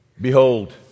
Behold